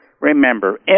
Remember